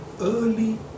early